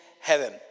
heaven